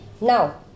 Now